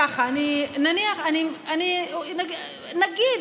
ככה: נניח, נגיד,